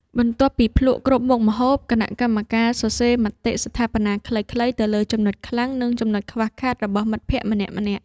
បន្ទាប់ពីភ្លក្សគ្រប់មុខម្ហូប គណៈកម្មការសរសេរមតិស្ថាបនាខ្លីៗទៅលើចំណុចខ្លាំង និងចំណុចខ្វះខាតរបស់មិត្តភក្តិម្នាក់ៗ។